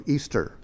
Easter